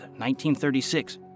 1936